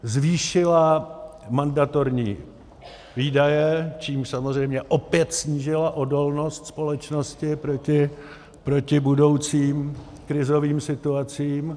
Zvýšila mandatorní výdaje, čímž samozřejmě opět snížila odolnost společnosti proti budoucím krizovým situacím.